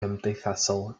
cymdeithasol